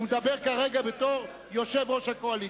הוא מדבר כרגע בתור יושב-ראש הקואליציה.